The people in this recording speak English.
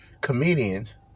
comedians